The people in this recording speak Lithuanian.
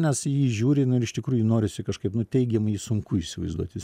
mes į jį žiūrim ir iš tikrųjų norisi kažkaip nu teigiamai sunku įsivaizduoti